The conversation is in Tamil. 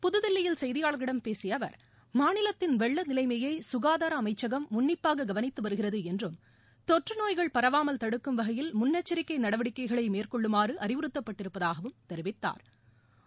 புதுதில்லியில் செய்தியாளர்களிடம் பேசிய அவர் மாநிலத்தின் வெள்ள நிலைமையை சுகாதார அமைச்சகம் உன்னிப்பாக கவனித்து வருகிறது என்றும் தொற்று நோய்கள் பரவாமல் தடுக்கும் வகையில் முன்னெச்சரிக்கை நடவடிக்கைகளை மேற்கொள்ளுமாறு அறிவுறுத்தப்பட்டிருப்பதாகவும் தெரிவித்தாா்